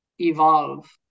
evolve